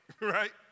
right